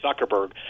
Zuckerberg